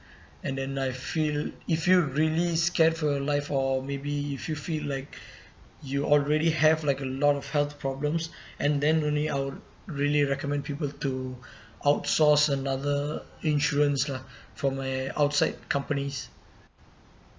and then I feel if you really scared for life or maybe if you feel like you already have like a lot of health problems and then only I'll really recommend people to outsource another insurance lah for my outside companies